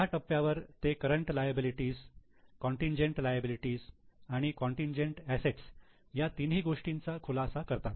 या टप्प्यावर ते करंट लायबिलिटी कॉन्टिनजेन्ट लायबिलिटी आणि कॉन्टिनजेन्ट असेट्स या तिन्ही गोष्टींचा खुलासा करतात